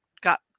got